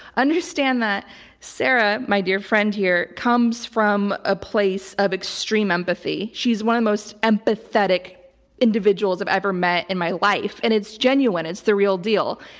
understand that sarah, my dear friend here, comes from a place of extreme empathy. she's one of most empathetic individuals i've ever met in my life, and it's genuine. it's the real deal.